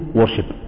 worship